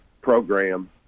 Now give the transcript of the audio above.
program